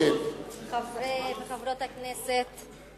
חברי וחברות הכנסת,